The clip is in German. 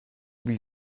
wie